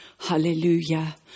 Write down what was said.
Hallelujah